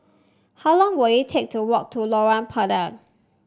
how long will it take to walk to Lorong Pendek